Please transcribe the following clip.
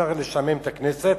לשעמם את הכנסת.